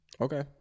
Okay